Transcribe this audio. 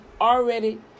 already